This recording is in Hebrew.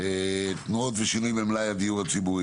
תנועות ושינויים במלאי הדיור הציבורי,